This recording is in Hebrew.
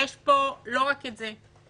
יש פה לא רק את זה,